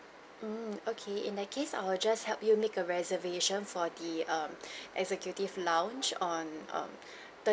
mm okay in that case I will just help you make a reservation for the um executive lounge on um